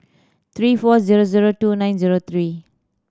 three four zero zero two nine zero three